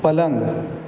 पलंग